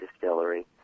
distillery